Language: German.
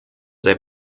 sehr